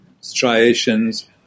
striations